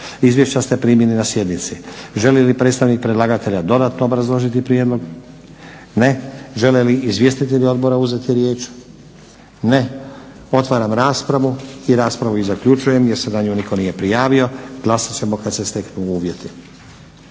Izvješća ste primili na sjednici. Želi li predstavnik predlagatelja dodatno obrazložiti prijedlog? Ne. Žele li izvjestitelji odbora uzeti riječ? Ne. Otvaram raspravu i raspravu i zaključujem jer se na nju nitko nije prijavio. Glasat kad se za to steknu uvjeti.